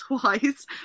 twice